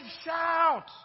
shout